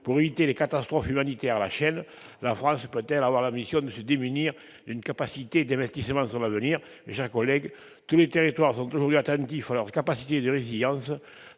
pour éviter des catastrophes humanitaires à la chaîne, la France peut-elle manquer d'ambition au point de se démunir d'une capacité d'investissement sur l'avenir ? Mes chers collègues, tous les territoires sont aujourd'hui attentifs à leurs capacités de résilience